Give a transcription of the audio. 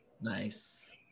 Nice